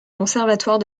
conservatoire